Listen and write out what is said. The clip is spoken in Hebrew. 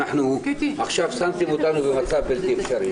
עכשיו שמתם אותנו במצב בלתי אפשרי,